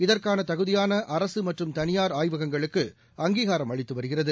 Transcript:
இதற்காகதகுதியானஅரசுமற்றும் தனியார் ஆய்வகங்களுக்கு அங்கீகாரம் அளித்துவருகிறது